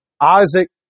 Isaac